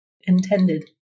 intended